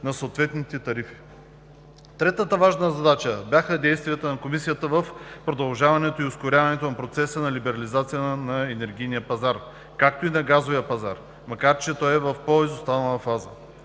Третата важна задача бяха действията на Комисията в продължаването и ускоряването на процеса на либерализация на енергийния пазар, както и на газовия пазар, макар че той е в по-изостаналата фаза.